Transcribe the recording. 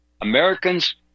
Americans